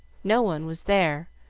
no one was there,